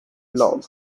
blog